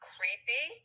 Creepy